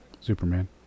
Superman